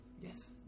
Yes